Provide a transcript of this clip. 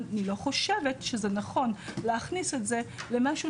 אני לא חושבת שזה נכון להכניס את זה למשהו